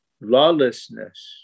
Lawlessness